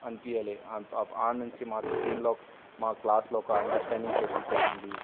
అనిపించలేదు ఆ ఆప్ ఆడ నుంచి మా టీంలో మా క్లాస్లో ఒక అండర్స్టాండింగ్ పెరిగిపోయింది